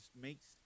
makes